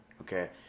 okay